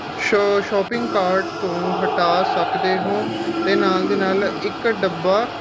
show shopping cart ਤੋਂ ਹਟਾ ਸਕਦੇ ਹੋ ਅਤੇ ਨਾਲ਼ ਦੀ ਨਾਲ਼ ਇੱਕ ਡੱਬਾ